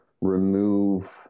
remove